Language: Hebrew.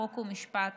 חוק ומשפט